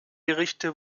gerichte